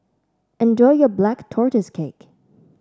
enjoy your Black Tortoise Cake